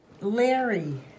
Larry